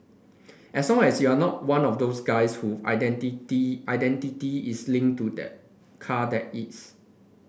as long as you're not one of those guys whose identity identity is linked to the car that is